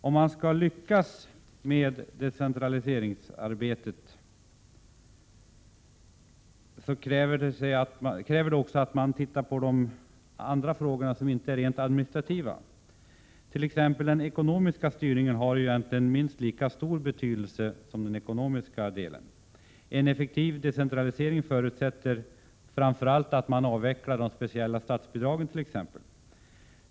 Om man skall lyckas med decentraliseringsarbetet kräver det också att man tittar på de andra frågorna, som inte är rent administrativa. Exempelvis har den ekonomiska styrningen minst lika stor betydelse som den administrativa delen. En effektiv decentralisering förutsätter framför allt att man avvecklar de speciella statsbidragen.